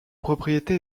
propriétés